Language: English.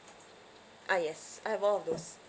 ah yes I have all of those